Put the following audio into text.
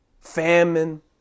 famine